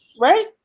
right